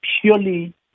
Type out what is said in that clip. purely